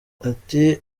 ati